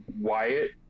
wyatt